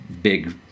Big